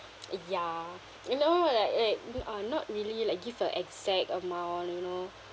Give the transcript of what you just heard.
it ya you know like like mean uh not really like give a exact amount you know